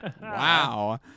wow